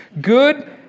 Good